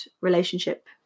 relationship